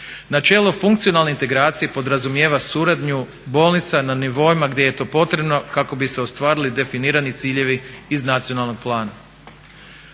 Načelo funkcionalne integracije podrazumijeva suradnju bolnica na nivoima gdje je to potrebno kako bi se ostvarili definirani ciljevi iz nacionalnog plana.